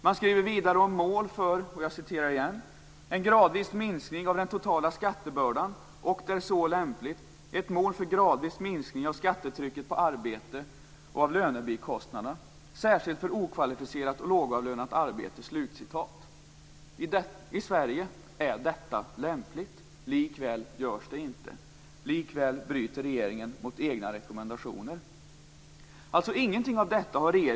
Man skriver vidare om mål för en gradvis minskning av den totala skattebördan och, där så är lämpligt, ett mål för gradvis minskning av skattetrycket på arbete och av lönebikostnaderna, särskilt för okvalificerat och lågavlönat arbete. I Sverige är detta lämpligt. Likväl görs det inte. Likväl bryter regeringen mot egna rekommendationer. Regeringen har alltså inte åstadkommit någonting av detta.